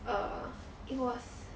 err it was